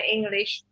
English